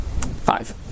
Five